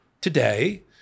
today